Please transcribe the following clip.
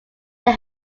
they